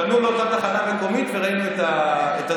פנו לאותה תחנה מקומית וראינו את הזריזות.